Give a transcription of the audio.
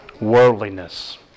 Worldliness